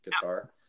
Guitar